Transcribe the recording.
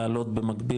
להעלות במקביל,